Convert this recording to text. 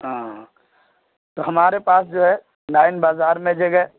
ہاں تو ہمارے پاس جو ہے لائن بازار میں جگہ